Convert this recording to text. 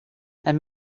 and